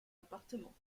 appartement